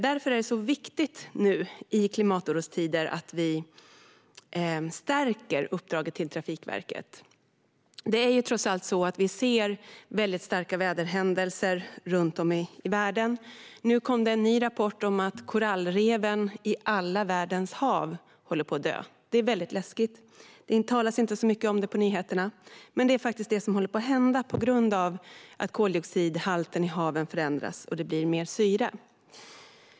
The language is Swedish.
Därför är det viktigt nu i klimatorostider att vi stärker uppdraget till Trafikverket. Vi ser trots allt väldigt starka väderhändelser runt om i världen. Nyss kom en ny rapport om att korallreven i alla världens hav håller på att dö. Det är läskigt. Det talas inte särskilt mycket om det på nyheterna, men det är vad som håller på att hända på grund av att koldioxidhalten i haven förändras och det blir mer syre.